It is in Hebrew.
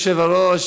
אחריו,